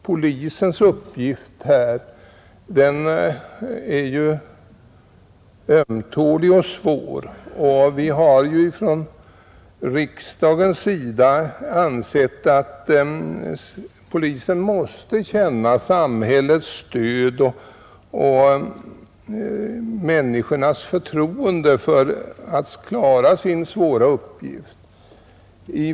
Polisens uppgift är ju ömtålig och svår, och vi har från riksdagens sida ansett att polisen måste känna samhällets stöd och människornas förtroende för att klara sin uppgift.